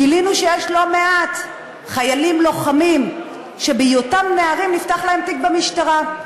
גילינו שיש לא-מעט חיילים לוחמים שבהיותם נערים נפתח להם תיק במשטרה.